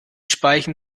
speichen